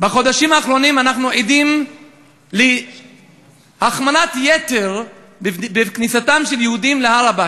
בחודשים האחרונים אנחנו עדים להחמרת יתר בכניסתם של יהודים להר-הבית,